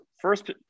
first